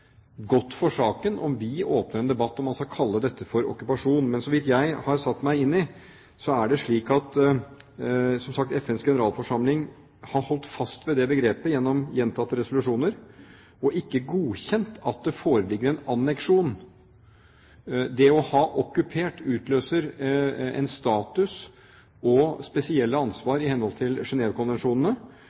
godt for saken at vi åpner en debatt om vi skal kalle dette for okkupasjon. Men så vidt jeg har satt meg inn i, har FNs generalforsamling holdt fast ved det begrepet gjennom gjentatte resolusjoner og ikke godkjent at det foreligger en anneksjon. Det å ha okkupert utløser en status og spesielle ansvar i henhold til